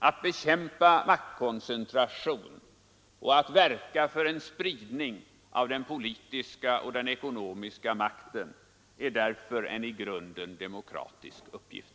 Att bekämpa maktkoncentration och att verka för en spridning av den ekonomiska och politiska makten är därför en i grunden demokratisk uppgift.